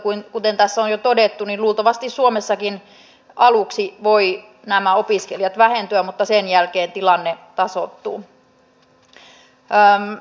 mutta kuten tässä on jo todettu luultavasti suomessakin aluksi voivat nämä opiskelijat vähentyä mutta sen jälkeen tilanne tasoittuu